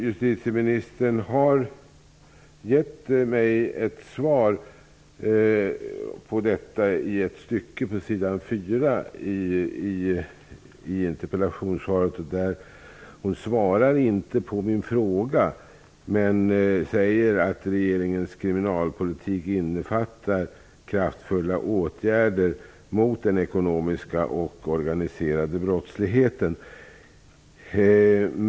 Justitieministern har gett mig ett svar i ett stycke i interpellationssvaret, men hon svarar inte på min fråga. Hon säger att regeringens kriminalpolitik innefattar kraftfulla åtgärder mot den ekonomiska och organiserade brottsligheten.